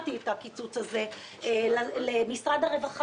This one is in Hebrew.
ביקרתי את הקיצוץ הזה משרד הרווחה